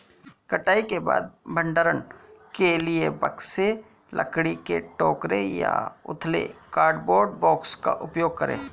कटाई के बाद भंडारण के लिए बक्से, लकड़ी के टोकरे या उथले कार्डबोर्ड बॉक्स का उपयोग करे